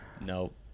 Nope